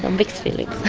ah mixed feelings.